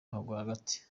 rwagati